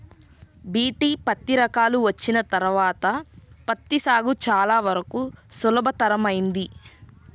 BT పత్తి రకాలు వచ్చిన తర్వాత పత్తి సాగు చాలా వరకు సులభతరమైంది